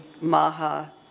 Maha